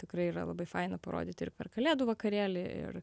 tikrai yra labai faina parodyti ir per kalėdų vakarėlį ir